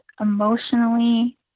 emotionally